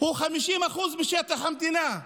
הוא 50% משטח המדינה,